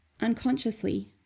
Unconsciously